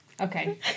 okay